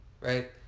right